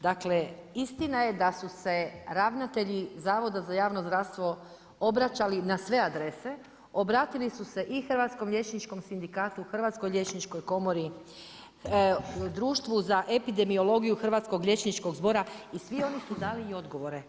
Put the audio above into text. Dakle, istina je da su se ravnatelji Zavoda za javno zdravstvo obraćali na sve adrese, obratili su se i Hrvatskom liječnikom sindikatu, Hrvatskoj liječničkoj komori, Društvu za epidemiologiju hrvatskog liječničkog zbora i svi oni su dali i odgovore.